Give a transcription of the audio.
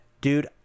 Dude